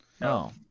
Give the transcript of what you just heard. No